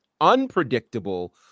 unpredictable